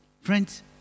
Friends